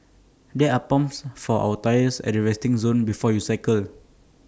there are pumps for our tyres at the resting zone before you cycle